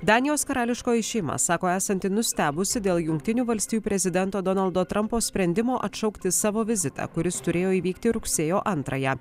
danijos karališkoji šeima sako esanti nustebusi dėl jungtinių valstijų prezidento donaldo trampo sprendimo atšaukti savo vizitą kuris turėjo įvykti rugsėjo antrąją